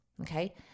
Okay